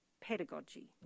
pedagogy